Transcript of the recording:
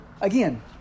Again